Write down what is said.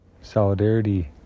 solidarity